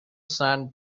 sand